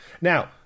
Now